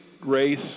race